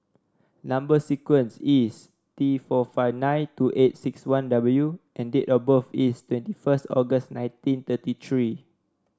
number sequence is T four five nine two eight six one W and date of birth is twenty first August nineteen thirty three